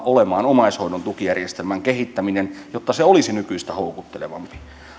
olemaan omaishoidon tukijärjestelmän kehittäminen jotta se olisi nykyistä houkuttelevampi